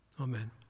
Amen